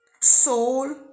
soul